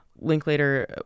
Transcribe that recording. Linklater